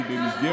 מאפשר